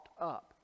up